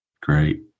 Great